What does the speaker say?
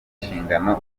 nshingano